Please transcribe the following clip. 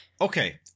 Okay